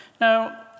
Now